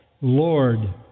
Lord